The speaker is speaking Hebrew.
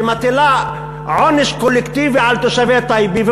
שמטילה עונש קולקטיבי על תושבי טייבה.